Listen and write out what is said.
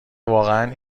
واقعا